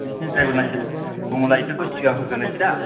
बिसिना driving licence दंब्ला बिसोरखौ सिगां होग्रोनायसैदा